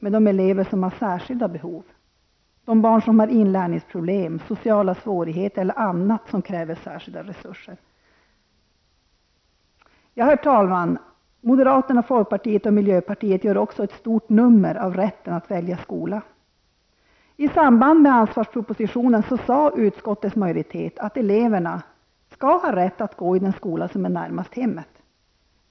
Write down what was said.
Det kan gälla barn med inlärningsproblem, sociala svårigheter eller andra problem som kräver särskilda resurser. Herr talman! Moderaterna, folkpartiet och miljöpartiet gör också ett stort nummer av detta med rätten att välja skola. I samband med ansvarspropositionen sade utskottets majoritet att elever skall ha rätt att gå i den skola som ligger närmast hemmet.